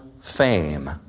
fame